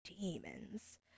demons